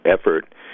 effort